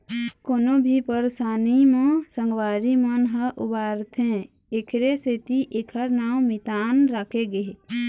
कोनो भी परसानी म संगवारी मन ह उबारथे एखरे सेती एखर नांव मितान राखे गे हे